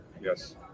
yes